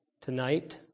tonight